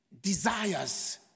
desires